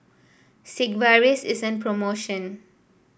Sigvaris is an promotion